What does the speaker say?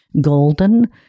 golden